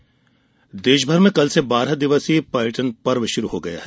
पर्यटन पर्व देशभर में कल से बारह दिवसीय पर्यटन पर्व शुरू हो गया है